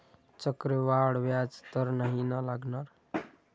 चक्रवाढ व्याज तर नाही ना लागणार?